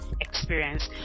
experience